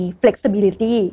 flexibility